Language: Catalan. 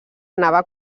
anava